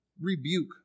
rebuke